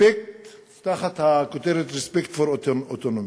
תחת הכותרת: Respect for autonomy.